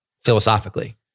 philosophically